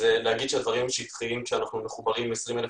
אז להגיד שהדברים שטחיים כשאנחנו מחוברים ל-20,000